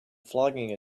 flogging